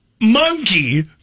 monkey